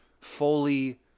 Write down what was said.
fully